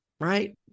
right